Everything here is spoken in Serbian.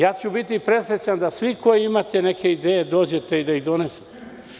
Ja ću biti presrećan da svi koji imate neke ideje dođete i da ih donesete.